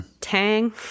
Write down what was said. Tang